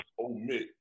omit